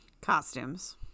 Costumes